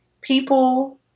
people